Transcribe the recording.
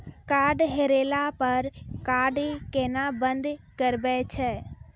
Card हेरैला पर card केना बंद करबै छै?